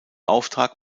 auftrag